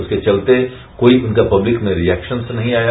उसके चलते कोई उनका पस्लिक में रिएक्सन नहीं आया